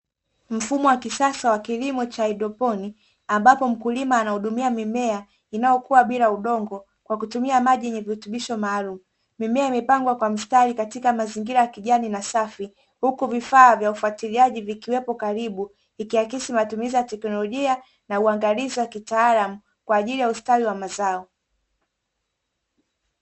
Mfumo wa kisasa wa kilimo cha haidroponi ambapo mkulima anahudumia mimea inayokua bila udongo, kwa kutumia maji yenye virutubisho maalum. Mimea imepangwa kwa mstari katika mazingira ya kijani na safi, huku vifaa vya ufuatiliaji vikiwepo karibu, ikiaksi matumizi ya teknolojia na uangalizi wa kitaalamu kwa ajili ya ustawi wa mazao."